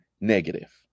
negative